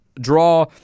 draw